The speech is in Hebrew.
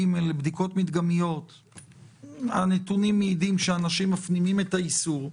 ג' בדיקות מדגמיות והנתונים מעידים שאנשים מפנימים את האיסור,